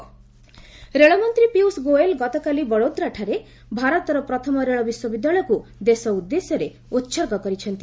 rail ministry ରେଳମନ୍ତ୍ରୀ ପିୟୁଷ ଗୋଏଲ୍ ଗତକାଲି ବଡୋଦ୍ରାଠାରେ ଭାରତର ପ୍ରଥମ ରେଳ ବିଶ୍ୱବିଦ୍ୟାଳୟକୁ ଦେଶ ଉଦ୍ଦେଶ୍ୟରେ ଉତ୍ସର୍ଗ କରିଛନ୍ତି